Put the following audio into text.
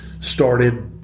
started